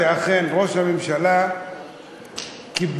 ואכן ראש הממשלה קיבל